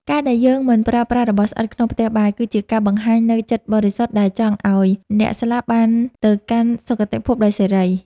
ការដែលយើងមិនប្រើប្រាស់របស់ស្អិតក្នុងផ្ទះបុណ្យ គឺជាការបង្ហាញនូវចិត្តបរិសុទ្ធដែលចង់ឱ្យអ្នកស្លាប់បានទៅកាន់សុគតិភពដោយសេរី។